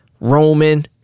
Roman